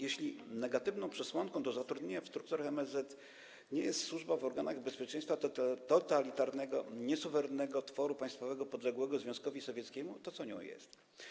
Jeśli negatywną przesłanką zatrudnienia w strukturze MSZ nie jest służba w organach bezpieczeństwa totalitarnego, niesuwerennego tworu państwowego podległego Związkowi Sowieckiemu, to co nią jest?